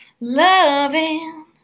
Loving